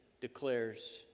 declares